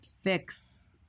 fix